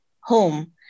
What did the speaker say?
home